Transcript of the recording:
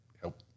help